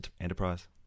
enterprise